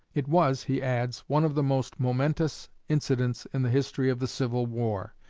it was, he adds, one of the most momentous incidents in the history of the civil war.